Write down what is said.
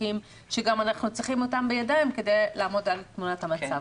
בקי, בבקשה.